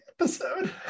episode